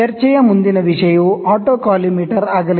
ಚರ್ಚೆಯ ಮುಂದಿನ ವಿಷಯವು ಆಟೋಕಾಲಿಮೇಟರ್ ಆಗಲಿದೆ